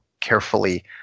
carefully